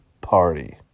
party